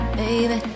baby